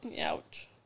Ouch